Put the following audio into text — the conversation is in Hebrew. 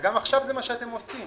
וגם עכשיו זה מה שאתם עושים.